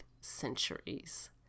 centuries